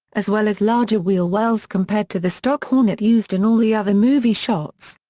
as well as larger wheel wells compared to the stock hornet used in all the other movie shots.